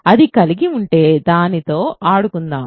అది కలిగి ఉంటే దానితో ఆడుకుందాం